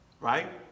Right